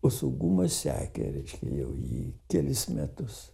o saugumas sekė reiškia jau jį kelis metus